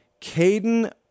Caden